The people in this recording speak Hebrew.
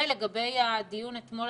ולגבי הדיון אתמול,